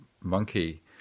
monkey